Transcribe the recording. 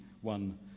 one